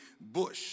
bush